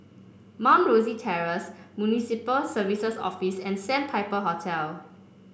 Mount Rosie Terrace Municipal Services Office and Sandpiper Hotel